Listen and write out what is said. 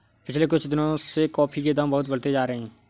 पिछले कुछ दिनों से कॉफी के दाम बहुत बढ़ते जा रहे है